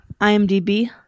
IMDb